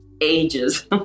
ages